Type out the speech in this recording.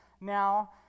now